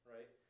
Right